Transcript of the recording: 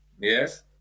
Yes